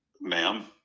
ma'am